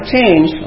change